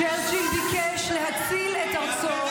צ'רצ'יל ביקש להציל את ארצו,